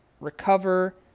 recover